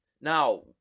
Now